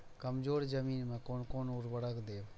कमजोर जमीन में कोन कोन उर्वरक देब?